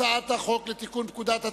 הצעת חוק הנזיקים האזרחיים (אחריות המדינה)